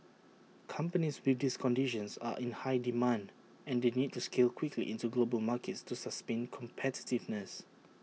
companies with these conditions are in high demand and they need to scale quickly into global markets to sustain competitiveness